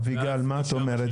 אביגל מה את אומרת?